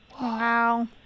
Wow